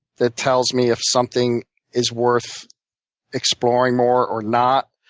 that tells me if something is worth exploring more or not.